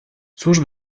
cóż